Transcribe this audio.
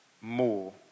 more